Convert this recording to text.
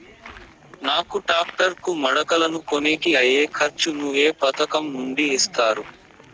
నాకు టాక్టర్ కు మడకలను కొనేకి అయ్యే ఖర్చు ను ఏ పథకం నుండి ఇస్తారు?